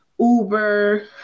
Uber